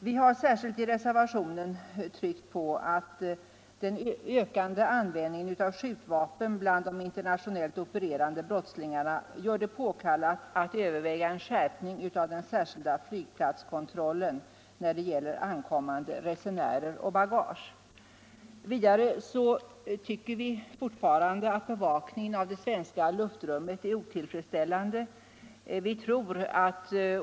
Vi har i reservationen särskilt tryckt på att den ökande användningen av skjutvapen bland de internationellt opererande brottslingarna gör det påkallat att överväga en skärpning av den särskilda flygplatskontrollen av ankommande resenärer och bagage. Vidare tycker vi fortfarande att bevakningen av det svenska luftrummet är otillfredsställande.